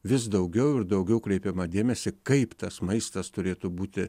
vis daugiau ir daugiau kreipiama dėmesį kaip tas maistas turėtų būti